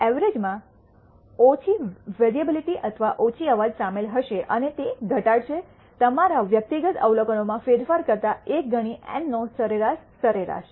ઐવ્રજમાં ઓછી વેરીઅબિલિટી અથવા ઓછી અવાજ શામેલ હશે અને તે ઘટાડશે તમારા વ્યક્તિગત અવલોકનોમાં ફેરફાર કરતા 1 ગણી એનનો સરેરાશ સરેરાશ